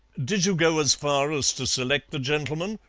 did you go as far as to select the gentleman,